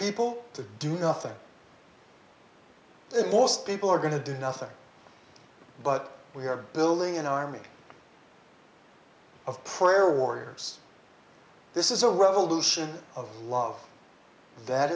people to do nothing and most people are going to do nothing but we are building an army of prayer warriors this is a revolution of law that